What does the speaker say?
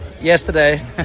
yesterday